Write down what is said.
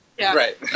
Right